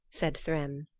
said thrym.